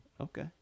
Okay